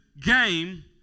game